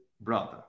Brother